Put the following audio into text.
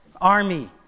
army